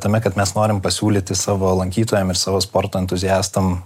tame kad mes norim pasiūlyti savo lankytojam ir savo sporto entuziastam